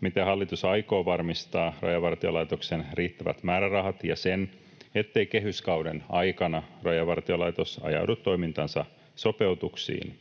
miten hallitus aikoo varmistaa Rajavartiolaitoksen riittävät määrärahat ja sen, ettei kehyskauden aikana Rajavartiolaitos ajaudu toimintansa sopeutuksiin.